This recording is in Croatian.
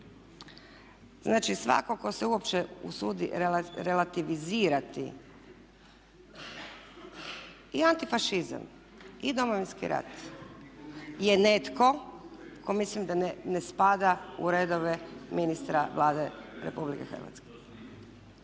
Znači, svatko tko se uopće usudi relativizirati i antifašizam i Domovinski rat je netko tko mislim da ne spada u redove ministra Vlade Republike Hrvatske